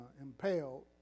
impaled